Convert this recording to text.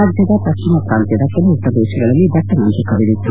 ರಾಜ್ಯದ ಪಶ್ಚಿಮ ಪ್ರಾಂತ್ಯದ ಕೆಲವು ಪ್ರದೇಶಗಳಲ್ಲಿ ದಟ್ಟ ಮಂಜು ಕವಿದಿತ್ತು